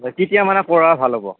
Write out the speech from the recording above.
কেতিয়া মানে কৰা ভাল হ'ব